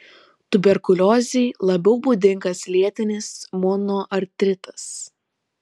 tuberkuliozei labiau būdingas lėtinis monoartritas